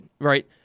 right